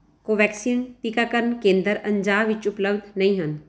ਕੋਵੈਕਸਿਨ ਟੀਕਾਕਰਨ ਕੇਂਦਰ ਅੰਜਾਵ ਵਿੱਚ ਉਪਲਬਧ ਨਹੀਂ ਹਨ